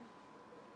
כן.